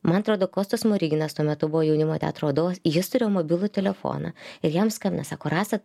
man atrodo kostas smoriginas tuo metu buvo jaunimo teatro vadovas jis turėjo mobilų telefoną ir jam skambina sako rasa